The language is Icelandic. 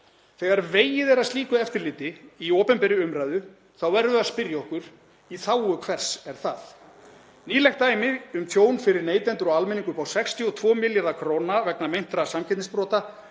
Þegar vegið er að slíku eftirliti í opinberri umræðu þá verðum við að spyrja okkur: Í þágu hvers er það? Nýlegt dæmi um tjón fyrir neytendur og almenning upp á 62 milljarða kr. vegna meintra samkeppnisbrota